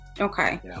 Okay